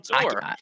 tour